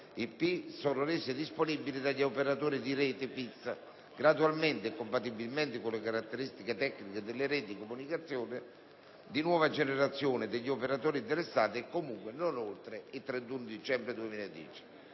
IP sono rese disponibili dagli operatori di rete fissa gradualmente e compatibilmente con le caratteristiche tecniche delle reti di comunicazione elettronica di nuova generazione degli operatori interessati e comunque non oltre il 31 dicembre 2010;